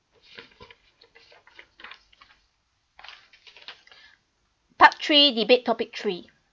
part three debate topic three